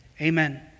Amen